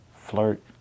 Flirt